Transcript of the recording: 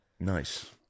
Nice